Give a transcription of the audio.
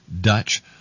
Dutch